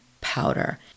Powder